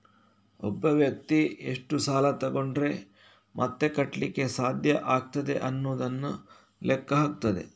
ಒಬ್ಬ ವ್ಯಕ್ತಿ ಎಷ್ಟು ಸಾಲ ತಗೊಂಡ್ರೆ ಮತ್ತೆ ಕಟ್ಲಿಕ್ಕೆ ಸಾಧ್ಯ ಆಗ್ತದೆ ಅನ್ನುದನ್ನ ಲೆಕ್ಕ ಹಾಕ್ತದೆ